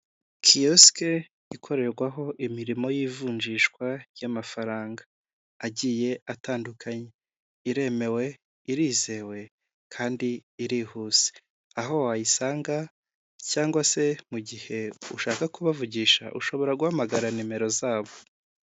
Kiyosike ikorerwaho imirimo y'ivunjishwa ry'amafaranga agiye atandukanye; iremewe, irizewe, kandi irihuse. Aho wayisanga cyangwa se mu gihe ushaka kubavugisha, ushobora guhamagara nimero zabo.